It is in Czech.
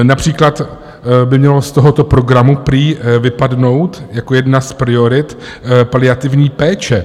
Například by měla z tohoto programu prý vypadnout jako jedna z priorit paliativní péče.